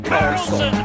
Carlson